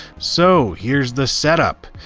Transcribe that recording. so, here's the setup.